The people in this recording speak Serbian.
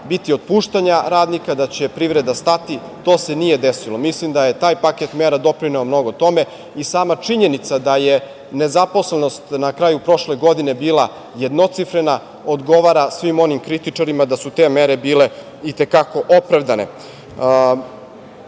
virusa otpuštanja radnika, da će privreda stati, to se nije desilo. Mislim da je taj paket mera doprineo mnogo tome. Sama činjenica da je nezaposlenost na kraju prošle godine bila jednocifrena odgovara svim onim kritičarima da su te mere bile i te kako opravdane. Nama